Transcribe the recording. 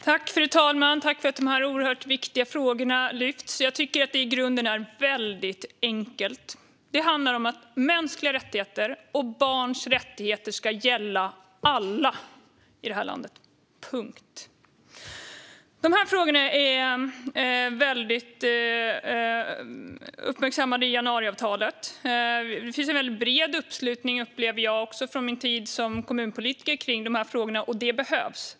Fru talman! Jag vill tacka för att de här oerhört viktiga frågorna lyfts fram. Det är i grunden väldigt enkelt. Det handlar om att mänskliga rättigheter och barns rättigheter ska gälla alla i det här landet - punkt. De här frågorna är uppmärksammade i januariavtalet. Jag upplever också utifrån min tid som kommunpolitiker att det finns en bred uppslutning kring de här frågorna. Det behövs.